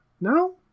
no